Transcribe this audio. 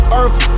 earth